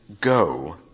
go